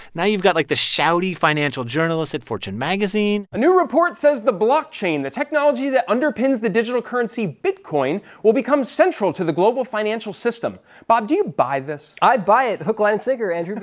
now you've got, like, the shouty financial journalists at fortune magazine a new report says the blockchain, the technology that underpins the digital currency bitcoin, will become central to the global financial system. bob, do you buy this? i buy it hook, line, sinker, andrew,